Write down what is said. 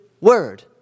word